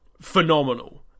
phenomenal